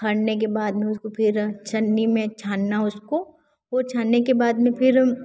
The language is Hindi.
खारने के बाद में उसको फिर छलनी में छानना उसको वह छानने के बाद में फिर